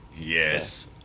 yes